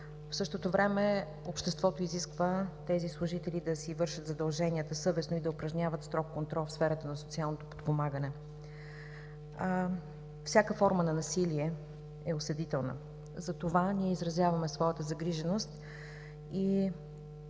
В същото време обществото изисква тези служители да си вършат задълженията съвестно и да упражняват строг контрол в сферата на социалното подпомагане. Всяка форма на насилие е осъдителна. Затова ние изразяваме своята загриженост и